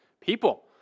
people